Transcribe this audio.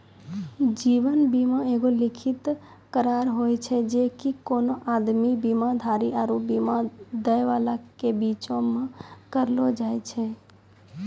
जीवन बीमा एगो लिखित करार होय छै जे कि कोनो आदमी, बीमाधारी आरु बीमा दै बाला के बीचो मे करलो जाय छै